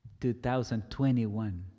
2021